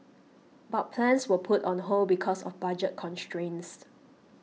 but plans were put on hold because of budget constraints